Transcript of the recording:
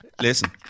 Listen